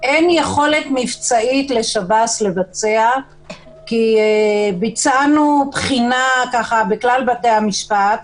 אין יכולת מבצעית לשב"ס לבצע כי ביצענו בחינה בכלל בתי המשפט,